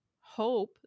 hope